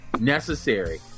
necessary